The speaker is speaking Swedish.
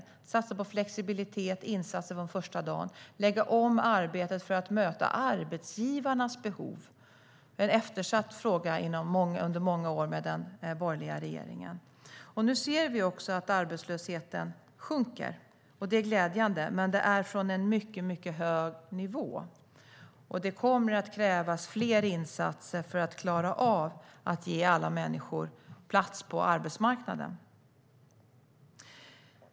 Vi har satsat på flexibilitet, på insatser från första dagen och på att lägga om arbetet för att möta arbetsgivarnas behov - det har under många år med den borgerliga regeringen varit en eftersatt fråga. Nu ser vi att arbetslösheten sjunker. Det är glädjande. Men det är från en mycket hög nivå. Det kommer att krävas fler insatser för att vi ska klara av att ge alla människor plats på arbetsmarknaden.